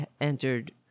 entered